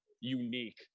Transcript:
unique